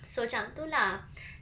so macam tu lah